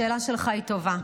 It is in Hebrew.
השאלה שלך היא טובה,